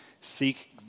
Seek